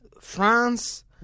France